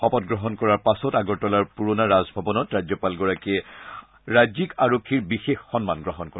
শপত গ্ৰহণ কৰাৰ পাছত আগৰতলাৰ পুৰণা ৰাজভৱনত ৰাজ্যপালগৰাকীয়ে ৰাজ্যিক আৰক্ষীৰ বিশেষ সন্মান গ্ৰহণ কৰে